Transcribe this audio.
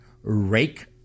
rake